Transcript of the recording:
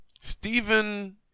Stephen